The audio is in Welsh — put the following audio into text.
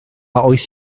oes